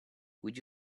would